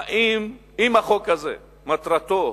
האם החוק הזה מטרתו